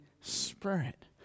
Spirit